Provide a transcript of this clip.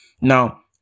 Now